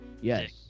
Yes